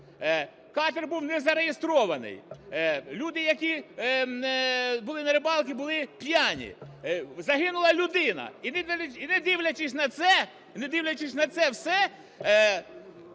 Катер був не зареєстрований. Люди, які були на рибалці, були п'яні. Загинула людина! І, не дивлячись на це,